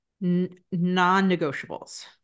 non-negotiables